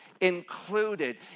included